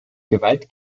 gewalt